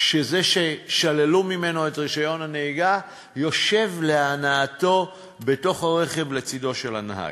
כשזה ששללו ממנו את רישיון הנהיגה יושב להנאתו בתוך הרכב לצדו של הנהג.